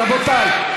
רבותי,